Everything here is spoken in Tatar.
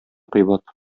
кыйбат